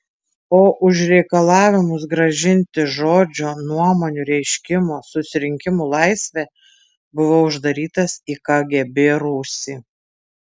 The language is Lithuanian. o už reikalavimus grąžinti žodžio nuomonių reiškimo susirinkimų laisvę buvau uždarytas į kgb rūsį